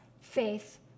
faith